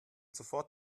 sofort